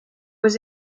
aux